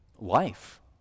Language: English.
life